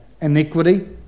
Iniquity